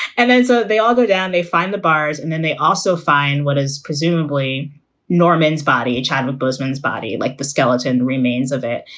and then so they all go down, they find the bars, and then they also find what is presumably norman's body, chidlow bushman's body, like the skeleton remains of it,